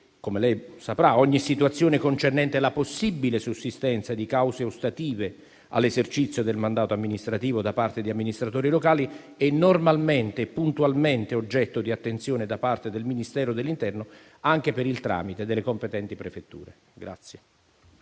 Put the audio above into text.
come lei saprà, ogni situazione concernente la possibile sussistenza di cause ostative all'esercizio del mandato amministrativo da parte di amministratori locali è normalmente e puntualmente oggetto di attenzione da parte del Ministero dell'interno, anche per il tramite delle competenti prefetture.